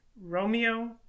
romeo